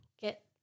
get